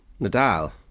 Nadal